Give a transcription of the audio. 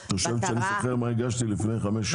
את חושבת שאני זוכר מה הגשתי לפני חמש שנים?